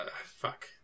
fuck